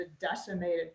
decimated